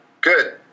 Good